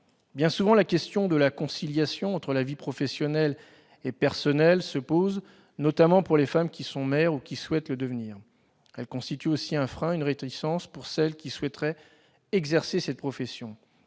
Bien souvent, la question de la conciliation entre les vies professionnelle et personnelle se pose, notamment pour les femmes qui sont mères ou qui souhaitent le devenir. Cette question représente aussi un frein, pouvant éveiller la réticence de celles qui désireraient exercer cette profession.